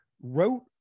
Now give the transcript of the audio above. wrote